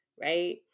right